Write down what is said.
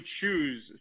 choose